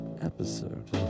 episode